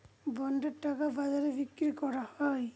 বন্ডের টাকা বাজারে বিক্রি করা হয়